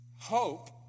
hope